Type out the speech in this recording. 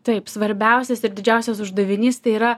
taip svarbiausias ir didžiausias uždavinys tai yra